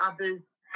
other's